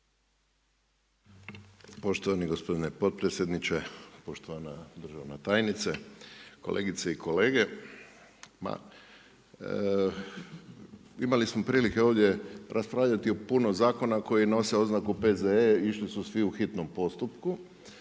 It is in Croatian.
Poštovani gospodine potpredsjedniče, poštovana državna tajnice, kolegice i kolege. Ma, imali smo prilike ovdje raspravljati o puno zakona koji nose oznaku P.Z.E., išli su svi u hitnom postupku,